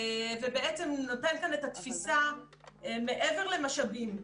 בעצם הוא נותן את התפיסה מעבר למשאבים,